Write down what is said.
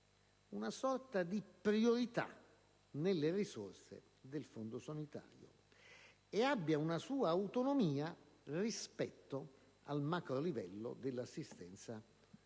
una sorta di priorità nelle risorse del Fondo sanitario, abbia una sua autonomia rispetto al macrolivello dell'assistenza ospedaliera